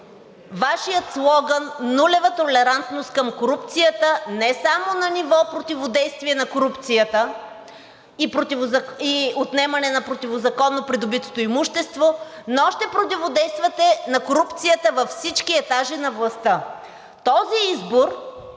Вашия слоган: „Нулева толерантност към корупцията!“ не само на ниво противодействие на корупцията и отнемане на противозаконно придобитото имущество, но ще противодействате на корупцията във всички етажи на властта. Този избор